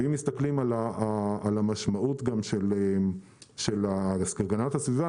ואם מסתכלים על המשמעות של הגנת הסביבה,